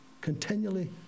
continually